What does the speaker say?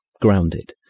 grounded